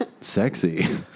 sexy